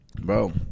Bro